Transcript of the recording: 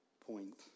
point